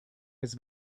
his